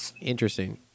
interesting